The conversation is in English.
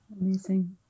Amazing